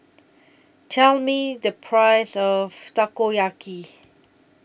Tell Me The Price of Takoyaki